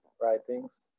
writings